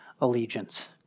allegiance